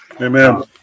amen